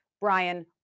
Brian